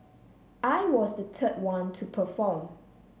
I was the third one to perform